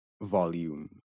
volume